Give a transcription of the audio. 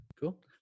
Cool